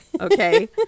Okay